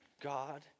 God